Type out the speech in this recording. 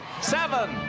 seven